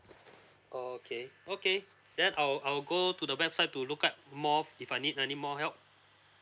okay okay then I'll I'll go to the website to look up more if I need any more help